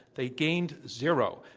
they gained zero.